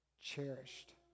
cherished